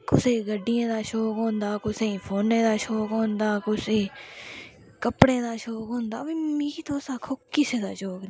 कुसै गी गड्डियें दा शौक होंदे कुसै फोने दे शौक होंदा कुै कपड़ें दा शौक होंदा मिगी तुस आक्खो किसे दा शौक निं ऐ